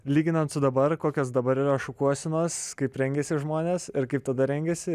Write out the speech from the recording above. lyginant su dabar kokios dabar yra šukuosenos kaip rengiasi žmonės ir kaip tada rengėsi